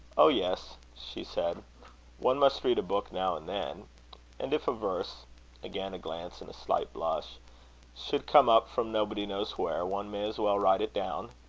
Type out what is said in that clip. oh! yes, she said one must read a book now and then and if a verse again a glance and a slight blush should come up from nobody knows where, one may as well write it down.